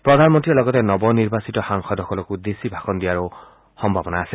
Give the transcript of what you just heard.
প্ৰধানমন্ত্ৰীয়ে লগতে নৱ নিৰ্বাচিত সাংসদসকলক উদ্দেশ্যি ভাষণ দিয়াৰো সম্ভাৱনা আছে